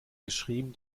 geschrieben